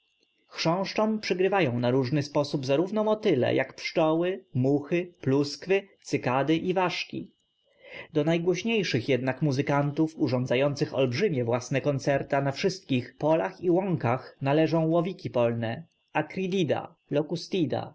chrząszczom przygrywają na różny sposób zarówno motyle jak pszczoły muchy pluskwy cykady i ważki do najgłośniejszych jednak muzykantów urządzających olbrzymie własne koncerta na wszystkich polach i łąkach należą koniki polne